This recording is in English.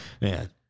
Man